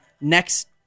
next